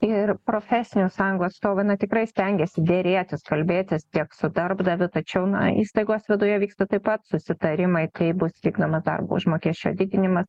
ir profesinių sąjungų atstovai na tikrai stengiasi derėtis kalbėtis tiek su darbdaviu tačiau na įstaigos viduje vyksta taip pat susitarimai kaip bus vykdoma darbo užmokesčio didinimas